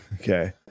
Okay